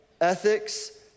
ethics